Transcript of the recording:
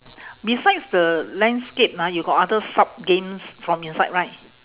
besides the landscape ah you got other sub games from inside right